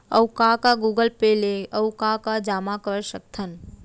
अऊ का का गूगल पे ले अऊ का का जामा कर सकथन?